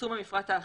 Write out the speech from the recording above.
לפרסום המפרט האחיד.